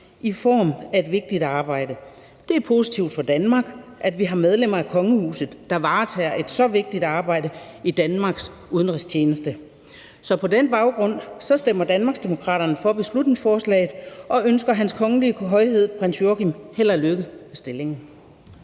i form af et vigtigt arbejde. Det er positivt for Danmark, at vi har medlemmer af kongehuset, der varetager et så vigtigt arbejde i Danmarks udenrigstjeneste. Så på den baggrund stemmer Danmarksdemokraterne for beslutningsforslaget – og vi ønsker Hans Kongelige Højhed Prins Joachim held og lykke i stillingen.